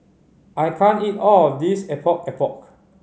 I can't eat all of this Epok Epok